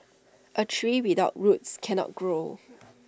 A tree without roots cannot grow